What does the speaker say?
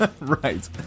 Right